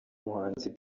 umuhanzi